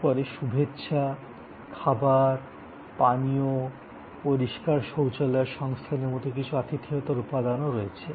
তারপরে শুভেচ্ছা খাবার পানীয় পরিষ্কার শৌচালয়ের সংস্থানের মতো কিছু আতিথেয়তার উপাদান রয়েছে